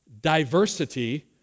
diversity